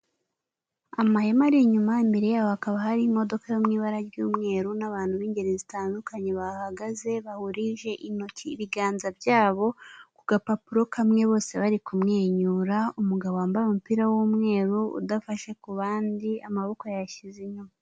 Amahema ari inyuma imbere yaho hakaba hari imodoka yo mu ibara ry'umweru n'abantu b'ingeri zitandukanye bahagaze. Bahurije intoki, ibiganza byabo ku gapapuro kamwe bose bari kumwenyura, umugabo wambaye umupira w'umweru udafashe ku bandi, amaboko yayashyize inyuma.